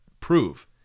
prove